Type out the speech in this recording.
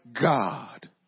God